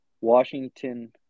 Washington